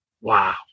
wow